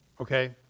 Okay